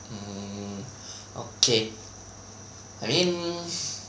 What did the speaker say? hmm okay I mean